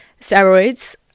steroids